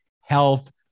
health